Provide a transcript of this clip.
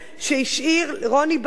בר-און,